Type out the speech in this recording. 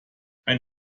ein